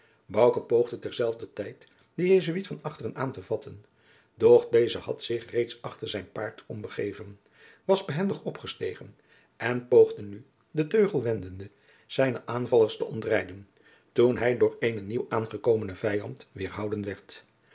poogde terzelfder tijd den jesuit van achteren aan te vatten doch deze had zich reeds achter zijn paard om begeven was behendig opgestegen en poogde nu den teugel wendende zijne aanvallers te ontrijden toen hij door eenen nieuw aangekomenen vijand wederhouden werd